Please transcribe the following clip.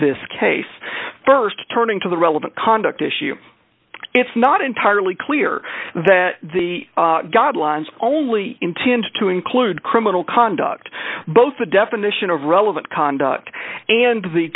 this case st turning to the relevant conduct issue it's not entirely clear that the guidelines only intended to include criminal conduct both the definition of relevant conduct and the